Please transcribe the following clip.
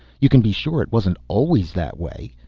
you can be sure it wasn't always that way.